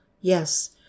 yes